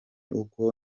uko